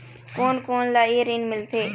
कोन कोन ला ये ऋण मिलथे?